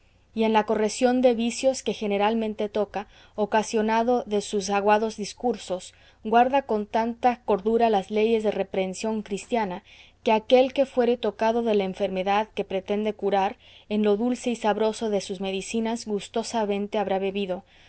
y en la correción de vicios que generalmente toca ocasionado de sus agudos discursos guarda con tanta cordura las leyes de reprehensión cristiana que aquel que fuere tocado de la enfermedad que pretende curar en lo dulce y sabroso de sus medicinas gustosamente habrá bebido